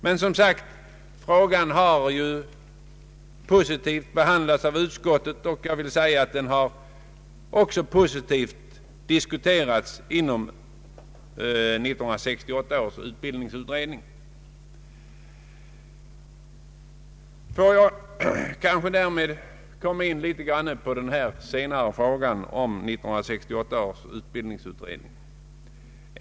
Men, som sagt, frågan har behandlais positivt av utskottet och även diskuterats inom 1968 års utbildningsutredning på ett positivt sätt. Får jag därmed komma in litet på den senare frågan om 1968 års utbildningsutredning.